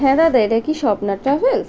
হ্যাঁ দাদা এটা কি স্বপ্না ট্রাভেলস